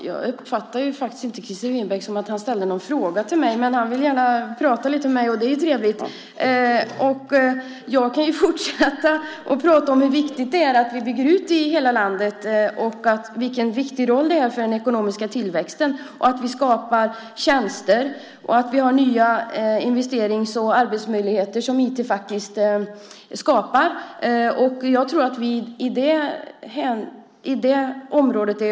Herr talman! Jag uppfattade inte att Christer Winbäck ställde någon fråga till mig, men han vill gärna prata lite med mig. Det är trevligt. Jag kan ju fortsätta att prata om hur viktigt det är att vi bygger ut i hela landet, hur viktigt det är för den ekonomiska tillväxten och att vi skapar tjänster och har nya investerings och arbetsmöjligheter som IT skapar. Jag tror att vi är överens på det området.